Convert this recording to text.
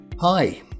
Hi